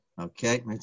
Okay